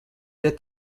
der